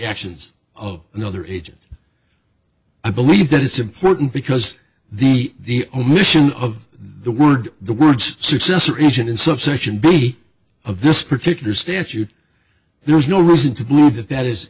actions of another agent i believe that it's important because the omission of the word the words successor engine in subsection body of this particular statute there is no reason to believe that that is